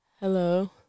Hello